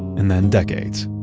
and then decades